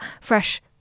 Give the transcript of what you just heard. fresh